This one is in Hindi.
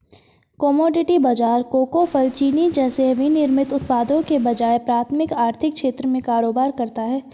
कमोडिटी बाजार कोको, फल, चीनी जैसे विनिर्मित उत्पादों के बजाय प्राथमिक आर्थिक क्षेत्र में कारोबार करता है